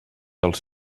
els